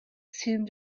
seemed